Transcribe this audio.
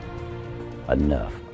enough